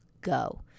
go